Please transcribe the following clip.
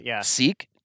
seek